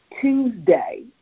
Tuesday